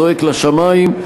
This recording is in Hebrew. זועק לשמים,